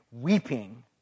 weeping